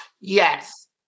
Yes